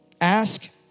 Ask